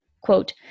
Quote